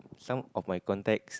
some of my contact